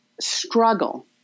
struggle